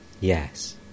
Yes